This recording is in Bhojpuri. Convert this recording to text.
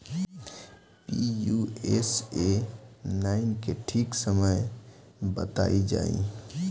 पी.यू.एस.ए नाइन के ठीक समय बताई जाई?